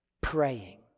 praying